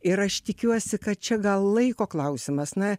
ir aš tikiuosi kad čia gal laiko klausimas na